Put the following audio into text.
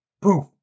poof